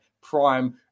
Prime